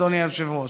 אדוני היושב-ראש.